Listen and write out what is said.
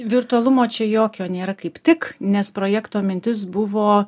virtualumo čia jokio nėra kaip tik nes projekto mintis buvo